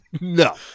No